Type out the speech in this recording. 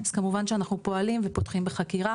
אז כמובן שאנחנו פועלים ופותחים בחקירה